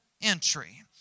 entry